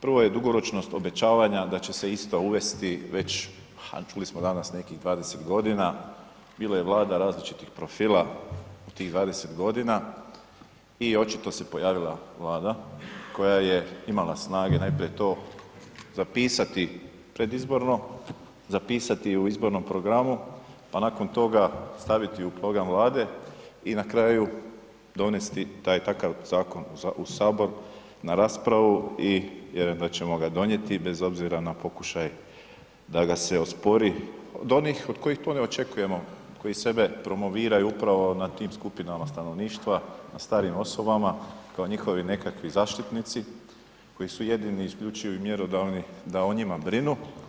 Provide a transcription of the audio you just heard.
Prva je dugoročnost obećavanja da će se ista uvesti već, a čuli smo danas nekih 20 godina, bilo je vlada različitih profila u tih 20 godina i očito se pojavila Vlada koja je imala snage najprije to zapisati predizborno, zapisati u izbornom programu, pa nakon toga staviti u program Vlade i na kraju donesti taj i takav zakon u sabor na raspravu i vjerujem da ćemo ga donijeti bez obzira na pokušaj da ga se ospori od onih od kojih to ne očekujemo, koji sebe promoviraju upravo na tim skupinama stanovništva na starijim osobama kao njihovi nekakvi zaštitnici koji su jedini i isključivi i mjerodavni da o njima brinu.